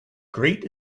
great